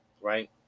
right